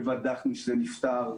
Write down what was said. ובדקנו שזה נפתר.